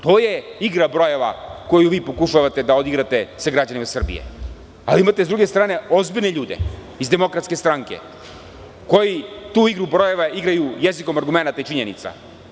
To je igra brojeva koju vi pokušavate da odigrate sa građanima Srbije, ali imate s druge strane ozbiljne ljude iz DS, koji tu igru brojeva igraju jezikom argumenata i činjenica.